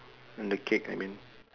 and the cake I mean